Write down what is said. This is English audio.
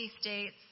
states